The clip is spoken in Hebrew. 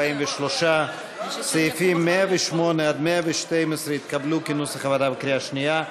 43. סעיפים 108 112 התקבלו כנוסח הוועדה בקריאה שנייה.